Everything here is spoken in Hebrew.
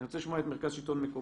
אני רוצה לשמוע את מרכז שלטון מקומי